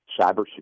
cybersecurity